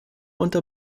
unter